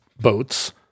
boats